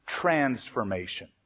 transformation